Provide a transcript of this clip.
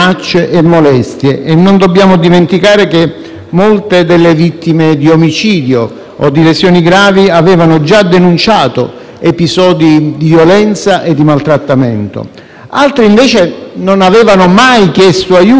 molte delle vittime di omicidio o di lesioni gravi avevano già denunciato episodi di violenza e di maltrattamento. Altre, invece, non avevano mai chiesto aiuto per sfiducia nelle istituzioni,